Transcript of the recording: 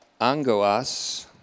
Angoas